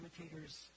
imitators